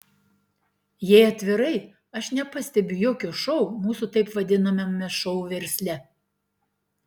jei atvirai aš nepastebiu jokio šou mūsų taip vadinamame šou versle